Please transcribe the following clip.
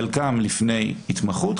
חלקם לפני התמחות,